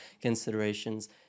considerations